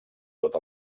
tot